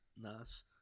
nice